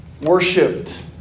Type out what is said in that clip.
worshipped